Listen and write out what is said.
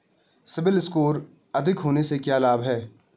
CIBIL score अधिक होने से क्या लाभ हैं?